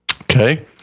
Okay